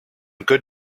good